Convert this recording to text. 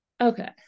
Okay